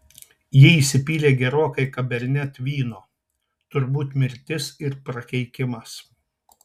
ji įsipylė gerokai cabernet vyno turbūt mirtis ir prakeikimas